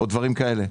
בדברים כאלה.